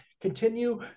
continue